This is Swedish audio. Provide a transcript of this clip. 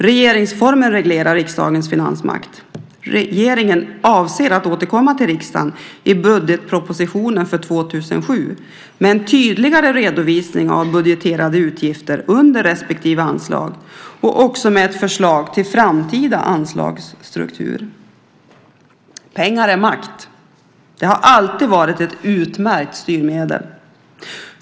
Regeringsformen reglerar riksdagens finansmakt. Regeringen avser att återkomma till riksdagen i budgetpropositionen för 2007 med en tydligare redovisning av budgeterade utgifter under respektive anslag och också med ett förslag till framtida anslagsstruktur. Pengar är makt. Det har alltid varit ett utmärkt styrmedel.